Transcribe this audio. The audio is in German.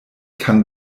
kann